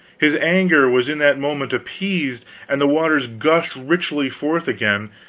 his anger was in that moment appeased, and the waters gushed richly forth again,